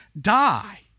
die